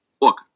look